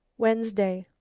wednesday.